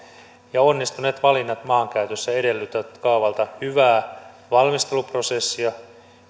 ja onnistuneet valinnat maankäytössä edellyttävät kaavalta hyvää valmisteluprosessia